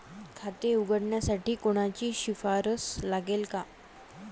खाते उघडण्यासाठी कोणाची शिफारस लागेल का?